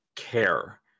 care